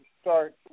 start